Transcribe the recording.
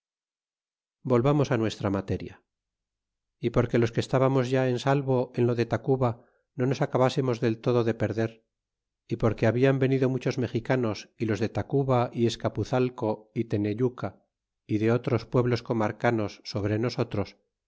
volvamos a nuestra materia a porque los que estábamos ya en salvo en lo de tacuba no nos acabásemos del todo de perder é porque hablan venido muchos mexicanos y los de tacuba y escapuzalco y teneyuca y de otros pueblos comarcanos sobre nosotros